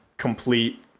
complete